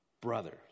Brothers